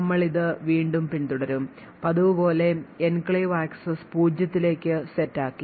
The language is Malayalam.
നമ്മൾ ഇത് വീണ്ടും പിന്തുടരും പതിവുപോലെ എൻക്ലേവ് ആക്സസ് പൂജ്യത്തിലേക്ക് set ആക്കി